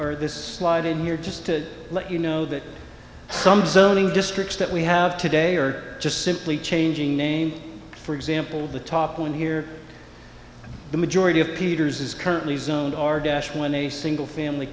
or this slide in here just to let you know that some zoning districts that we have today are just simply changing the name for example the top one here the majority of peters is currently zoned our dash when a single family